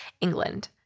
England